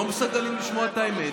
לא מסוגלים לשמוע את האמת,